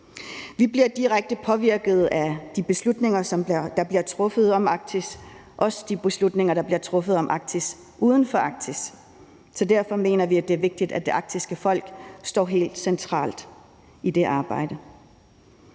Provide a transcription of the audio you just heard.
Vi bliver direkte påvirket af de beslutninger, som bliver truffet om Arktis, og det gælder også i forhold til de beslutninger, der bliver truffet om Arktis uden for Arktis. Så derfor mener vi, det er vigtigt, at det arktiske folk står helt centralt i det arbejde.